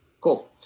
Cool